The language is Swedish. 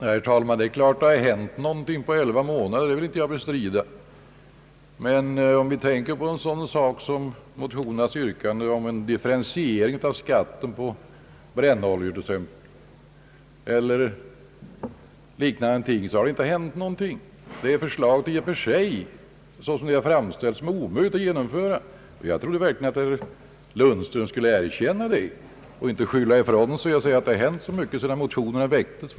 Herr talman! Det är klart att det har hänt någonting på elva månader — det vill jag inte bestrida. Men i fråga om motionernas yrkande om en differentiering av skatten på brännolja eller liknande har det inte hänt något. Det är ett förslag som i och för sig, såsom det har framställts, är omöjligt att genomföra. Jag trodde verkligen att herr Lundström skulle erkänna det och inte skylla ifrån sig och säga att så mycket har hänt sedan motionerna väcktes.